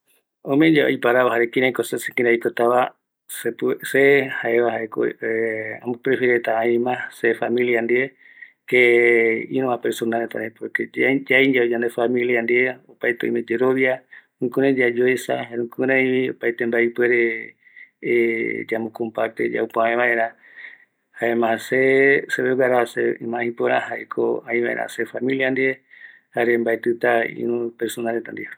Se ome yave aiparavo jare kiraitako aikotava, se jaeva, jaeko se ambo prefiereta ai mas se familia ndie, que ïruva persona reta ndive, por que ñai yave yande familiareta ndive, opaete oime yerovia, jukurai yayoesa jare jukuraivi opaete mbae ipuere yambo comparte, yaupavë vaera, jaema see, seveguara mas ïpörä jaeko äivaera se familia ndive, jare mbaetïta ïru familia reta ndive.